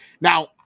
Now